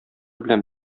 белән